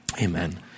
amen